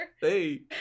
Hey